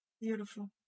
Beautiful